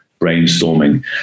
brainstorming